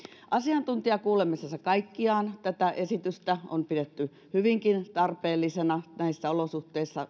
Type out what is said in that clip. asiantuntijakuulemisessa kaikkiaan tätä esitystä on pidetty ymmärrettävästi hyvinkin tarpeellisena näissä olosuhteissa